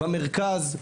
במרכז,